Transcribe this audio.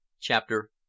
Chapter